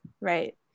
right